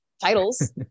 titles